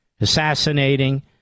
Assassinating